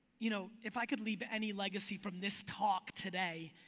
you know, if i could leave any legacy from this talk today,